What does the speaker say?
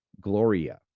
Gloria